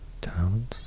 towns